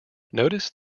notice